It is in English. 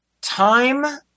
time